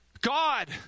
God